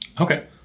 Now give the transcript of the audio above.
Okay